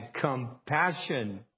compassion